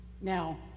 Now